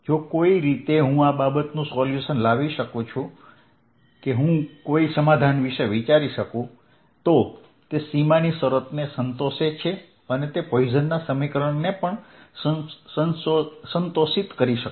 જો કોઈ રીતે હું આ બાબતનું સોલ્યુશન લાવી શકુ કે હું કોઈ સમાધાન વિશે વિચારી શકું તો તે સીમાની શરતને સંતોષે અને તે પોઇસનના સમીકરણને પણ સંતોષિત કરે